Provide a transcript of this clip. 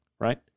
right